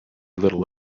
little